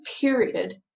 period